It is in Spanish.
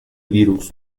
virus